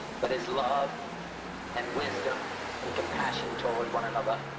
but is love and wisdom and compassion toward one another,